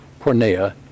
pornea